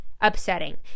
upsetting